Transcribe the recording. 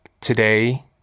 today